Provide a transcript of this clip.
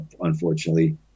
unfortunately